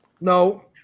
No